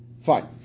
Fine